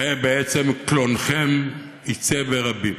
ובו בעצם קלונכם יצא ברבים.